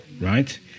right